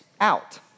out